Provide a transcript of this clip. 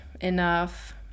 enough